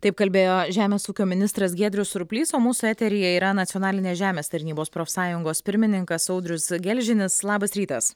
taip kalbėjo žemės ūkio ministras giedrius surplys o mūsų eteryje yra nacionalinės žemės tarnybos profsąjungos pirmininkas audrius gelžinis labas rytas